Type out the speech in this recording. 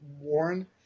Warren